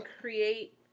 create